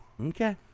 Okay